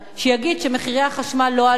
שיגיד שמחירי החשמל לא עלו.